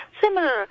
similar